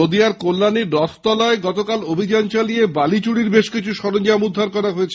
নদীয়ার কল্যাণীর রথতলায় গতকাল অভিযান চালিয়ে বালি চুরির বেশ কিছু সরঞ্জাম উদ্ধার করা হয়েছে